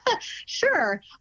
sure